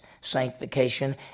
sanctification